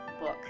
book